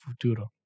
Futuro